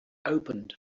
opened